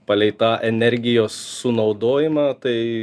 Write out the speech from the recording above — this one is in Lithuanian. palei tą energijos sunaudojimą tai